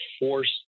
force